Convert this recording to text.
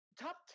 top